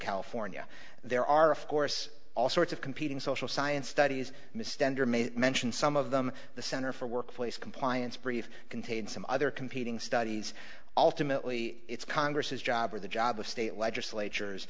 california there are of course all sorts of competing social science studies mr mentioned some of them the center for workplace compliance brief contained some other competing studies alternately it's congress's job or the job of state legislatures